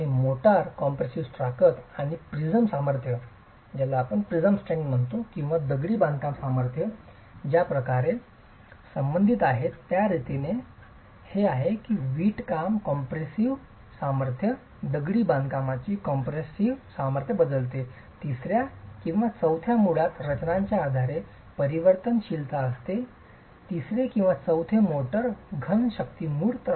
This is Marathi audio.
आणि मोर्टार कॉम्प्रेसिव्ह ताकद आणि प्रिझम सामर्थ्य किंवा दगडी बांधकाम सामर्थ्य ज्या प्रकारे संबंधित आहेत त्या रीतीने हे आहे की वीटकाम कंप्रेसी सामर्थ्य दगडी बांधकामाची कॉम्पॅरेसी सामर्थ्य बदलते तिसऱ्या किंवा चौथ्या मुळात रचनांच्या आधारे परिवर्तनशीलता असते तिसरे किंवा चौथे मोर्टार घन शक्ती मूळ